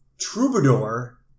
troubadour